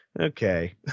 okay